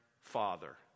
Father